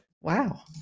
wow